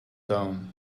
down